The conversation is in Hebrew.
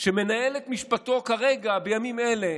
שמנהל את משפטו בימים אלה,